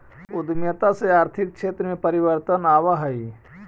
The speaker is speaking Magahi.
उद्यमिता से आर्थिक क्षेत्र में परिवर्तन आवऽ हई